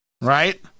Right